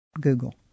Google